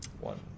One